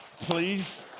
please